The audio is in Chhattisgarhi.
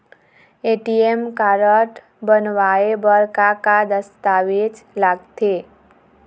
ए.टी.एम कारड बनवाए बर का का दस्तावेज लगथे?